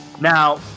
Now